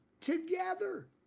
together